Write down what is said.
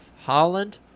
holland